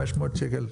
500 שקל,